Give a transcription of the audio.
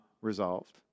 resolved